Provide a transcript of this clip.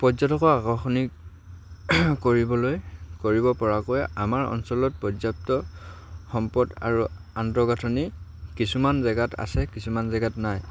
পৰ্যটকৰ আকৰ্ষণীয় কৰিবলৈ কৰিব পৰাকৈ আমাৰ অঞ্চলত পৰ্যাপ্ত সম্পদ আৰু আন্তঃগাঁথনি কিছুমান জেগাত আছে কিছুমান জেগাত নাই